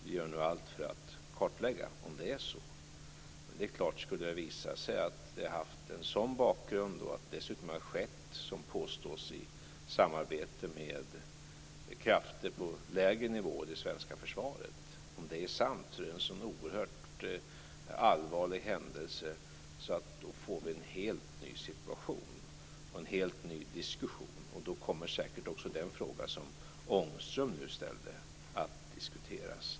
Vi gör nu allt för att kartlägga om det är så. Skulle det visa sig att det har haft en sådan bakgrund och att det dessutom har skett, som påstås, i samarbete med krafter på lägre nivåer i det svenska försvaret - om det är sant - är det en oerhört allvarlig händelse, och då får vi en helt ny situation och en helt ny diskussion. Då kommer säkert också den fråga som Ångström nu ställde att diskuteras.